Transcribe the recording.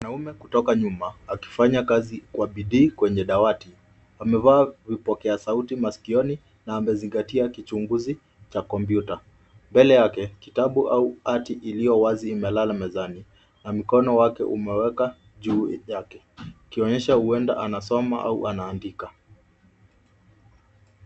Mwanaume kutoka nyuma akifanya kazi kwa bidii kwenye dawati. Amevaa vipokea sauti maskioni na amezingatia kichunguzi cha kompyuta. Mbele yake kitabu au hati iliyowazi imelala mezani na mkono wake umeweka juu yake, ikionyesha huenda anasoma au anaandika.